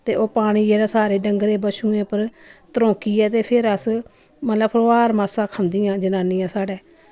ते ओह् पानी जेह्ड़ा सारे डंगरें बच्छुएं उप्पर त्रौंकियै ते फिर अस मतलब फ्लोआर मास्सा खंदियां जनानियां साढ़ै